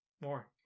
more